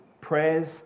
prayers